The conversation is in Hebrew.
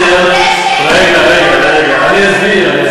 רגע, אני אסביר.